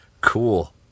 Cool